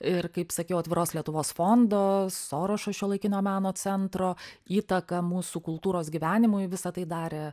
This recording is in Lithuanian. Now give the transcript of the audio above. ir kaip sakiau atviros lietuvos fondo sorošo šiuolaikinio meno centro įtaka mūsų kultūros gyvenimui visa tai darė